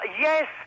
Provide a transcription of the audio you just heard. Yes